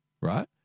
right